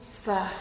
First